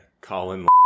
Colin